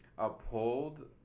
uphold